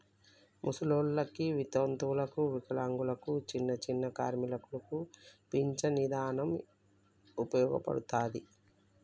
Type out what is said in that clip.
ముసలోల్లకి, వితంతువులకు, వికలాంగులకు, చిన్నచిన్న కార్మికులకు పించను ఇదానం ఉపయోగపడతది